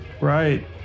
right